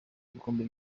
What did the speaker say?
ibikombe